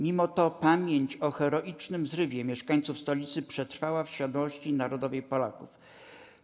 Mimo to pamięć o heroicznym zrywie mieszkańców stolicy przetrwała w świadomości narodowej Polaków.